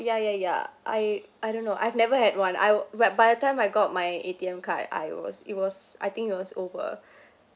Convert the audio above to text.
ya ya ya I I don't know I've never had one I'll by the time I got my A_T_M card I was it was I think it was over